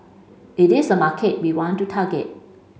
it is a market we want to target